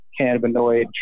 cannabinoid